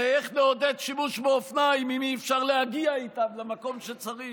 הרי איך נעודד שימוש באופניים אם אי-אפשר להגיע איתם למקום שצריך?